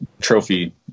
trophy